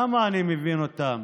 למה אני מבין אותם?